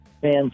Fans